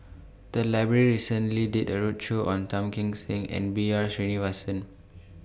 The Library recently did A roadshow on Tan Kim Seng and B R Sreenivasan